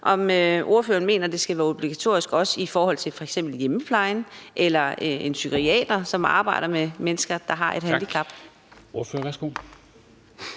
om ordføreren mener, at det også skal være obligatorisk i f.eks. hjemmeplejen eller for en psykiater, som arbejder med mennesker, der har et handicap.